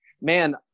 man